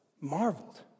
marveled